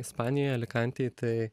ispanijoje alikantėj tai